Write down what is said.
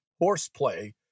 horseplay